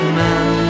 man